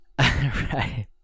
Right